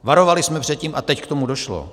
Varovali jsme před tím a teď k tomu došlo.